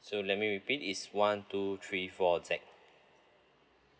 so let me repeat is one two three four Z